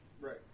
right